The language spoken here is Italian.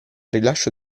rilascio